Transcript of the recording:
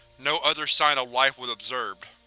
no other sign of life was observed.